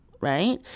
Right